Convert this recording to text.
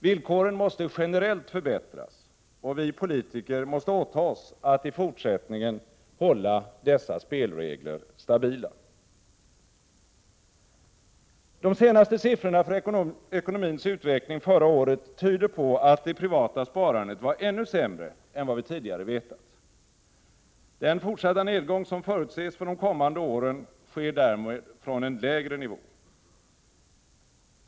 Villkoren måste generellt förbättras, och vi politiker måste åta oss att i fortsättningen hålla dessa spelregler stabila. De senaste siffrorna för ekonomins utveckling förra året tyder på att det privata sparandet var ännu sämre än vad vi tidigare vetat. Den fortsatta nedgång som förutses för de kommande åren sker därmed från en lägre nivå.